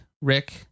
Rick